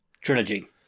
trilogy